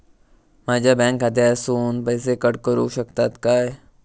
माझ्या बँक खात्यासून पैसे कट करुक शकतात काय?